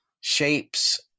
shapes